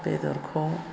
बेदरखौ